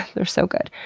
they're so good.